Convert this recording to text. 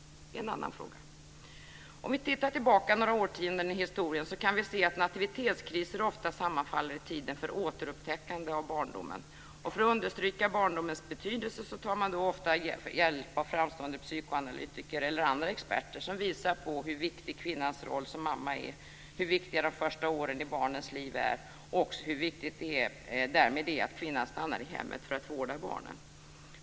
Det är en annan fråga. Om vi tittar tillbaka några årtionden i historien så kan vi se att nativitetskriser ofta sammanfaller i tiden med återupptäckandet av barndomen. För att understryka barndomens betydelse tar man då ofta hjälp av framstående psykoanalytiker eller andra experter som visar på hur viktig kvinnans roll som mamma är, hur viktiga de första åren i barnens liv är och också hur viktigt det därmed är att kvinnan stannar i hemmet för att vårda barnen.